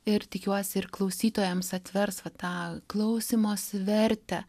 ir tikiuosi ir klausytojams atvers va tą klausymosi vertę